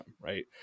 right